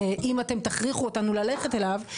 אם אתם תכריחו אותנו ללכת אליו,